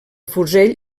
fusell